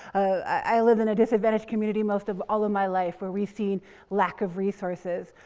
i live in a disadvantaged community most of all of my life, where we see lack of resources,